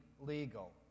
legal